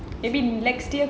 maybe next year